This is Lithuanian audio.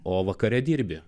o vakare dirbi